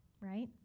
right